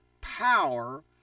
power